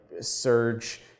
Surge